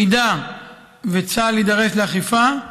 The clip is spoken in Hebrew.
אם צה"ל יידרש לאכיפה,